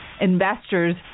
investors